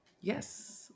Yes